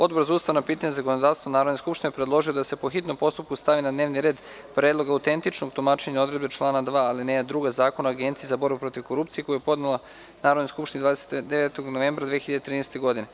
Odbor za ustavna pitanja i zakonodavstvo Narodne skupštine predložioje da se po hitnom postupku stavi na dnevni red Predlog autentičnog tumačenja odredbe člana 2. alineja druga Zakona o Agenciji za borbu protiv korupcije, koji je podneo Narodnoj skupštini 29. novembra 2013. godine.